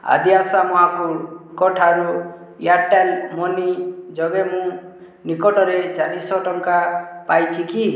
ଆଦ୍ୟାଶା ମହାକୁଡ଼ଙ୍କ ଠାରୁ Airtel money ଯୋଗେ ମୁଁ ନିକଟରେ ଚାରିଶହ ଟଙ୍କା ପାଇଛି କି